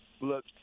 Look